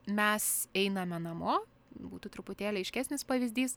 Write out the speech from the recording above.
mes einame namo būtų truputėlį aiškesnis pavyzdys